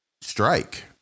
strike